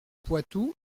poitou